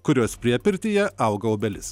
kurios priepirtyje auga obelis